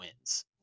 wins